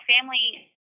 family